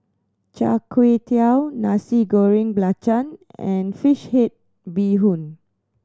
Char Kway Teow Nasi Goreng Belacan and fish head bee hoon